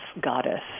goddess